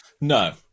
No